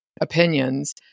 opinions